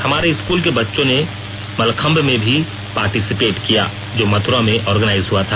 हमारे स्कूल के बच्चों ने मलखंब में भी पार्टिसिपेट किया जो मथुरा में ऑर्गेनाइज हुआ था